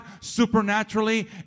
supernaturally